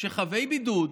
שחייבי בידוד,